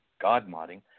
God-modding